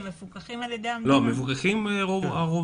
הם מפוקחים על ידי המדינה.